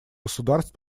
государств